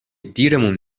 دیرمون